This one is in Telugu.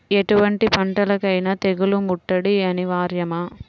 ఎటువంటి పంటలకైన తెగులు ముట్టడి అనివార్యమా?